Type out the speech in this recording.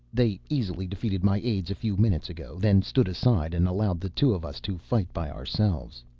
they easily defeated my aides a few minutes ago, then stood aside and allowed the two of us to fight by ourselves.